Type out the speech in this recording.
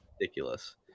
Ridiculous